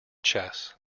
chess